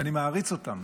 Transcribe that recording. ואני מעריץ אותם.